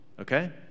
okay